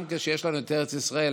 גם כשיש לנו את ארץ ישראל,